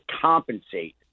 compensate